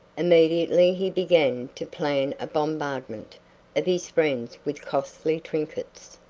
immediately he began to plan a bombardment of his friends with costly trinkets,